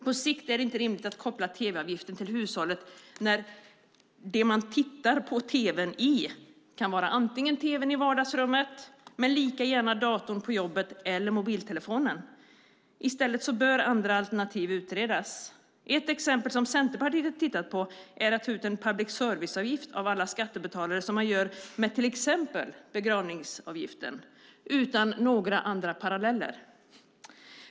På sikt är det inte rimligt att koppla tv-avgiften till hushållet när det man tittar på tv:n i kan vara antingen tv:n i vardagsrummet men lika gärna datorn på jobbet eller mobiltelefonen. I stället bör andra alternativ utredas. Ett exempel som Centerpartiet har tittat på är att ta ut en public service-avgift av alla skattebetalare, som man gör med till exempel begravningsavgiften - utan några andra paralleller.